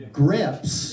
grips